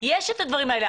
יש את הדברים האלה,